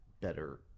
better